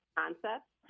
concepts